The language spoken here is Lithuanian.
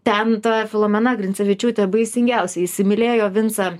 ten ta filomena grincevičiūtė baisingiausiai įsimylėjo vincą